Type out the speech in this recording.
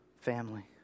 family